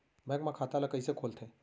Bank म खाता ल कइसे खोलथे?